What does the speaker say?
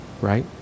right